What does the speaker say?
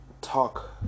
talk